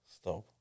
Stop